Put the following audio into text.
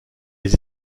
les